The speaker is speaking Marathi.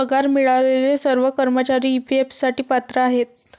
पगार मिळालेले सर्व कर्मचारी ई.पी.एफ साठी पात्र आहेत